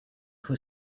who